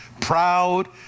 proud